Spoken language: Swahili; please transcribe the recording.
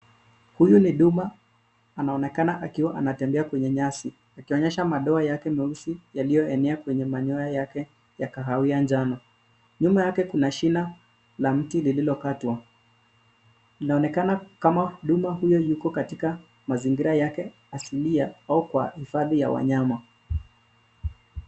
Huyu ni duma anaonekana akiwa anatembea kwenye nyasi akionyesha madoa yake meusi yaliyoenea kwenye manyoya yake ya kahawia njano ,nyuma yake kuna shina la mti lililokatwa inaonekana kama duma huyo yuko katika mazingira yake asilimia au kwa hifadhi ya wanyama.